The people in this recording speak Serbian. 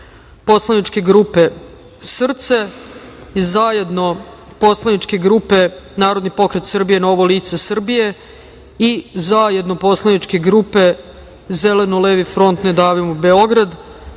poslaničke grupe SRCE, zajedno poslaničke grupe Narodni pokret Srbije – Novo lice Srbije i zajedno poslaničke grupe Zeleno levi front – Ne davimo Beograd. Vlada